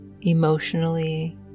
emotionally